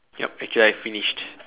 yup actually I finished